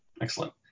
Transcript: Excellent